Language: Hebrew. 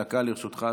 דקה לרשותך,